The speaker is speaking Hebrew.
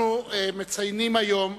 אנחנו מציינים היום